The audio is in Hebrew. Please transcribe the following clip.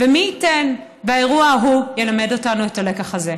ומי ייתן והאירוע ההוא ילמד אותנו את הלקח הזה.